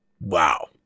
wow